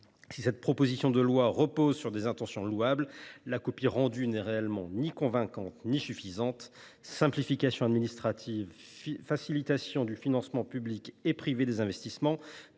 Si cette proposition de loi part d’intentions louables, la copie rendue n’est réellement ni convaincante ni suffisante. Simplification administrative, facilitation du financement public et privé des investissements,